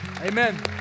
amen